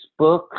Facebook